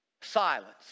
silence